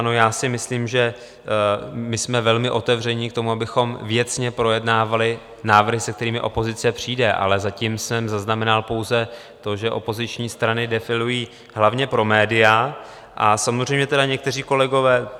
No, já si myslím, že jsme velmi otevření k tomu, abychom věcně projednávali návrhy, se kterými opozice přijde, ale zatím jsem zaznamenal pouze to, že opoziční strany defilují hlavně pro média a samozřejmě tedy někteří kolegové...